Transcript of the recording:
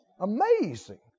Amazing